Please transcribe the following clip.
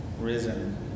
risen